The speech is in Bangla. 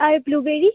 আর ব্লুবেরি